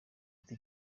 ati